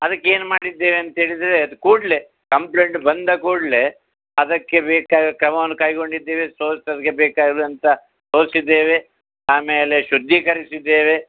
ಅದಕ್ಕೇನು ಮಾಡಿದ್ದೇವೆ ಅಂತೇಳಿದ್ರೆ ಅದು ಕೂಡಲೆ ಕಂಪ್ಲೆಂಟ್ ಬಂದ ಕೂಡಲೆ ಅದಕ್ಕೆ ಬೇಕಾದ ಕ್ರಮಾ ಕೈಗೊಂಡಿದ್ದೇವೆ ತೋರ್ಸೊರಿಗೆ ಬೇಕಾದಂಥ ತೋರಿಸಿದ್ದೇವೆ ಆಮೇಲೆ ಶುದ್ಧೀಕರಿಸಿದ್ದೇವೆ